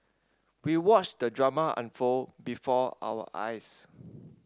we watched the drama unfold before our eyes